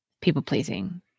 people-pleasing